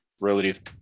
relative